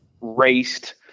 raced